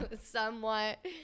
somewhat